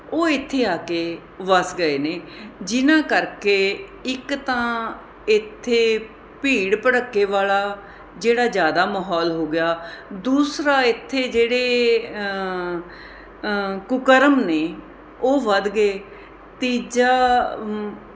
ਉਹ ਇੱਥੇ ਆ ਕੇ ਵੱਸ ਗਏ ਨੇ ਜਿਨ੍ਹਾਂ ਕਰਕੇ ਇੱਕ ਤਾਂ ਇੱਥੇ ਭੀੜ ਭੜੱਕੇ ਵਾਲਾ ਜਿਹੜਾ ਜ਼ਿਆਦਾ ਮਾਹੌਲ ਹੋ ਗਿਆ ਦੂਸਰਾ ਇੱਥੇ ਜਿਹੜੇ ਕੁਕਰਮ ਨੇ ਉਹ ਵੱਧ ਗਏ ਤੀਜਾ